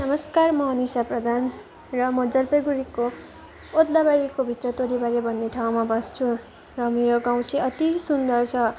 नमस्कार म अनिसा प्रधान र म जलपाइगुडीको ओदलाबारीको भित्र तोरीबारी भन्ने ठाउँमा बस्छु र मेरो गाउँ चाहिँ अति सुन्दर छ